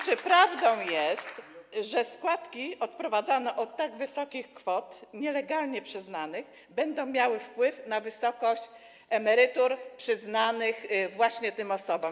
Czy prawdą jest, że składki odprowadzane od tak wysokich kwot, nielegalnie przyznanych, będą miały wpływ na wysokość emerytur przyznanych właśnie tym osobom?